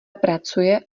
pracuje